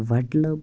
وَٹلَب